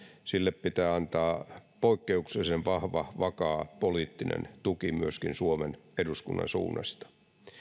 sille pitää antaa poikkeuksellisen vahva vakaa poliittinen tuki myöskin suomen eduskunnan suunnasta